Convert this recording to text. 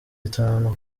itanu